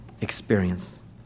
experience